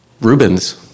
Rubens